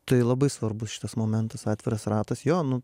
tai labai svarbus šitas momentas atviras ratas jo nu